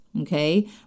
Okay